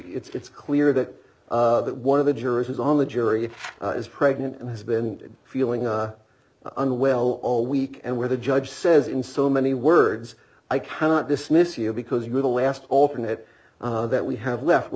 it's clear that one of the jurors was on the jury is pregnant and has been feeling unwell all week and where the judge says in so many words i cannot dismiss you because you are the last alternate that we have left we're